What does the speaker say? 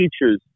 teachers